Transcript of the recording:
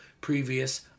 previous